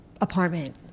apartment